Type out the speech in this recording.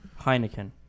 Heineken